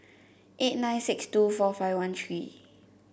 eight nine six two four five one three